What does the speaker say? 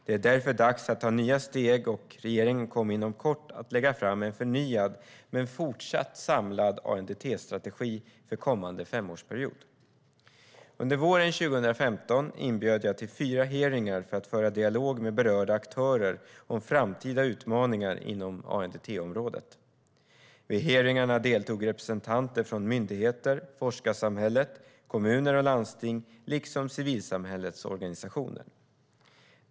Det är därför dags att ta nya steg, och regeringen kommer inom kort att lägga fram en förnyad men fortsatt samlad ANDT-strategi för kommande femårsperiod. Under våren 2015 inbjöd jag till fyra hearingar för att föra dialog med berörda aktörer om framtida utmaningar inom ANDT-området. Vid hearingarna deltog representanter från myndigheter, forskarsamhället, kommuner och landsting liksom civilsamhällets organisationer.